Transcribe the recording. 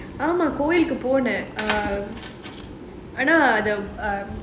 ஆமா கோவில்க்கு போனேன் ஆனா:aamaa kovilkku ponaen aanaa